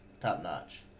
top-notch